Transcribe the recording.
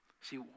See